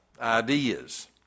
ideas